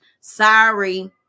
sorry